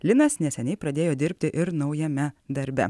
linas neseniai pradėjo dirbti ir naujame darbe